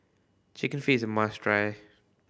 Chicken Feet is a must try